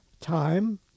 time